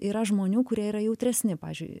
yra žmonių kurie yra jautresni pavyzdžiui